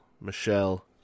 Michelle